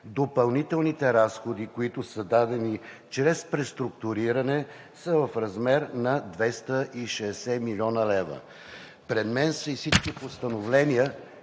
Допълнителните разходи, които са дадени чрез преструктуриране, са в размер на 260 млн. лв. Пред мен са и всички постановления,